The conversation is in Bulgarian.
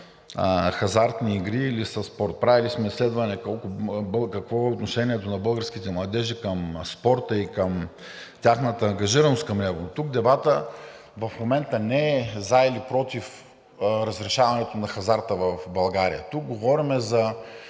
хазартни игри. Правили сме изследване какво е отношението на българските младежи към спорта и тяхната ангажираност към него. Дебатът в момента не е „за“ или „против“ разрешаването на хазарта в България, тук говорим за